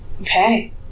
Okay